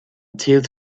tilts